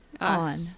on